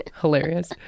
hilarious